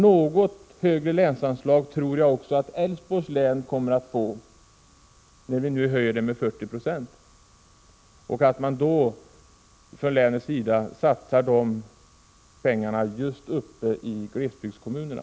Något högre länsanslag tror jag att också Älvsborgs län kommer att få när vi nu höjer det med 40 90. Jag hoppas att man satsar dessa pengar just i glesbygdskommunerna.